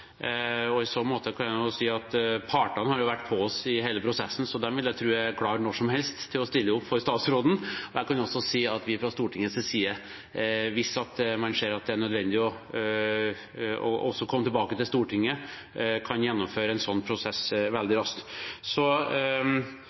I så måte kan jeg si at partene har vært på oss i hele prosessen, så de vil jeg tro er klar når som helst til å stille opp for statsråden. Jeg kan også si at vi fra Stortingets side, hvis man ser at det er nødvendig å komme tilbake til Stortinget, kan gjennomføre en sånn prosess veldig raskt.